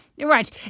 Right